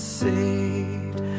saved